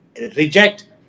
reject